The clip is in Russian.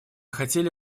хотели